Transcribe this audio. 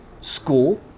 school